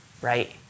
right